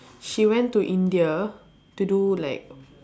she went to India to do like